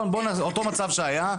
אותו מצב שהיה,